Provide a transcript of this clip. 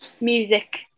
music